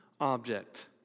object